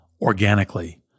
organically